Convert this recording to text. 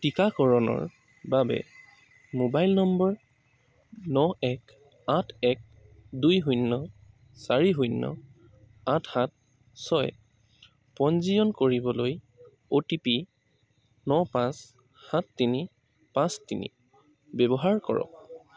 টীকাকৰণৰ বাবে mobile number ন এক আঠ এক দুই শূন্য চাৰি শূন্য আঠ সাত ছয় পঞ্জীয়ন কৰিবলৈ অ' টি পি ন পাঁচ সাত তিনি পাঁচ তিনি ব্যৱহাৰ কৰক